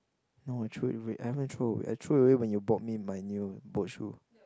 no I threw it away I haven't throw I throw away when you bought me my new boat shoe